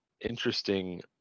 interesting